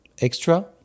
extra